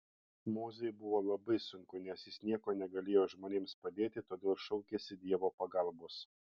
mozei buvo labai sunku nes jis niekuo negalėjo žmonėms padėti todėl šaukėsi dievo pagalbos